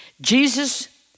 Jesus